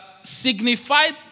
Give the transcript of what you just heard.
signified